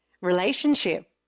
Relationship